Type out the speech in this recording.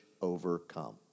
overcome